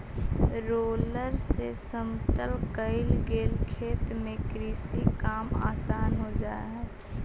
roller से समतल कईल गेल खेत में कृषि काम आसान हो जा हई